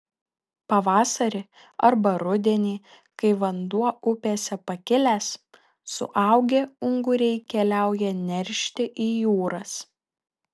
pavasarį arba rudenį kai vanduo upėse pakilęs suaugę unguriai keliauja neršti į jūras